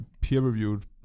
peer-reviewed